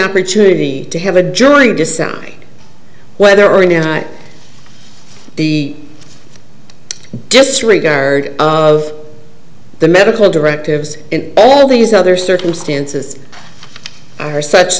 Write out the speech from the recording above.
opportunity to have a jury decide whether or not the disregard of the medical directives in all these other circumstances are such